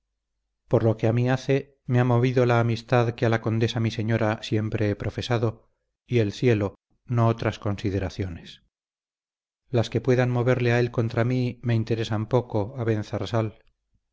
por lo que a mí hace me ha movido la amistad que a la condesa mi señora siempre he profesado y el cielo no otras consideraciones las que puedan moverle a él contra mí me interesan poco